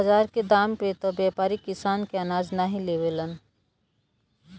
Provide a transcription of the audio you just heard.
बाजार के दाम पे त व्यापारी किसान के अनाज नाहीं लेवलन